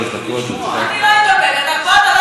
אני לא אתאפק, פה אתה לא יכול להוציא אותי.